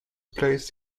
plays